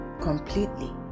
completely